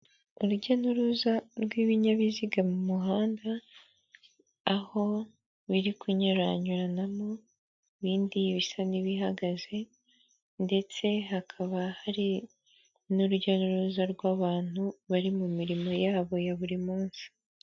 Urujya n'uruza rw'ibinyabiziga mu muhanda, aho biri kunyuranyuranamo, ibindi bisa n'ibihagaze ndetse hakaba hari n'urujyauruza rw'abantu bari mu mirimo yabo ya buri munsi.